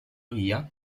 via